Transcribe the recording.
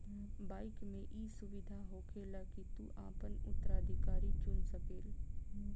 bike मे ई सुविधा होखेला की तू आपन उत्तराधिकारी चुन सकेल